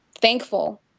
thankful